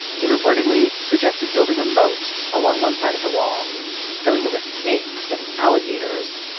he reportedly suggested building a moat along one side of the wall filling it with snakes and alligators.